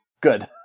Good